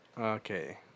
Okay